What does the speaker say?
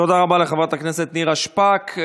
תודה רבה לחברת הכנסת נירה שפק.